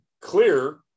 clear